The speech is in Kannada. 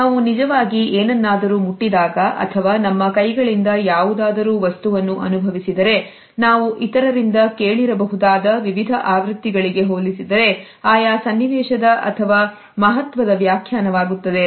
ನಾವು ನಿಜವಾಗಿ ಏನನ್ನಾದರೂ ಮುಟ್ಟಿದಾಗ ಅಥವಾ ನಮ್ಮ ಕೈಗಳಿಂದ ಯಾವುದಾದರೂ ವಸ್ತುವನ್ನು ಅನುಭವಿಸಿದರೆ ನಾವು ಇತರರಿಂದ ಕೇಳಿರಬಹುದಾದ ವಿವಿಧ ಆವೃತ್ತಿಗಳಿಗೆ ಹೋಲಿಸಿದರೆ ಆಯಾ ಸನ್ನಿವೇಶದ ಅಥವಾ ಮಹತ್ವದ ವ್ಯಾಖ್ಯಾನ ವಾಗುತ್ತದೆ